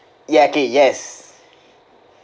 ya K yes